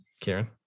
Karen